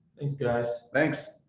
thanks guys. thanks.